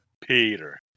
Peter